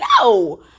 no